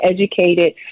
educated